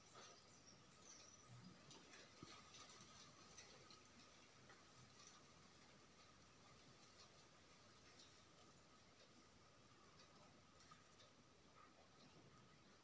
ಭತ್ತವನ್ನು ಅಕ್ಕಿ ಮಾಡಲು ಒಂದು ಕ್ವಿಂಟಾಲಿಗೆ ಎಷ್ಟು ಮಜೂರಿ?